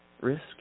Risk